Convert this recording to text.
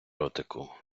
ротику